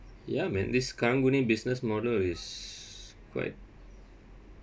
ya man this karang guni business model is quite